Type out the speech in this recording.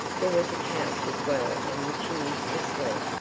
there was a couch as well on which he used to sleep,